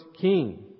king